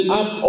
up